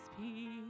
peace